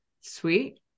sweet